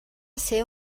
ser